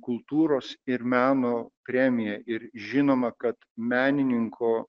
kultūros ir meno premija ir žinoma kad menininko